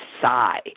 sigh